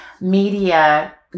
media